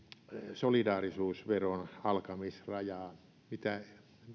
solidaarisuusveron alkamisrajaa mitä